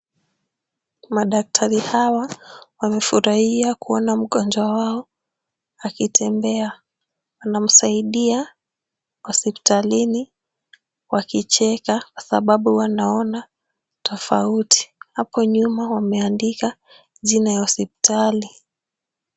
Madaktari hawa wamefurahia kuona mgonjwa wao akitembea. Wanamsaidia hospitalini wakicheka kwa sababu wanaona tofauti. Hapo nyuma wameandika jina ya hospitali.